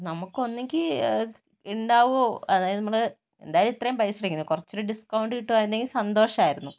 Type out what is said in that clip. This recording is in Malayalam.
നമുക്ക് ഒന്നുങ്കിൽ ഉണ്ടാകുവോ അതായത് നമ്മള് എന്തായാലും ഇത്ര പൈസ അടയ്ക്കുന്നു കുറച്ചൊരു ഡിസ്കൗണ്ട് കിട്ടുവായിരുന്നെങ്കിൽ സന്തോഷമായിരുന്നു